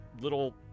little